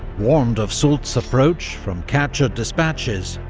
warned of soult's approach from captured despatches,